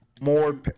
more